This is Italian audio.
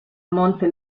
monte